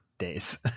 days